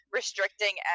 restricting